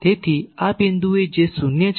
તેથી આ બિંદુએ જે શૂન્ય છે